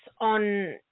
on